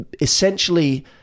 essentially